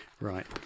Right